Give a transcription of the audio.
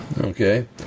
Okay